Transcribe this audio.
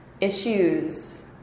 issues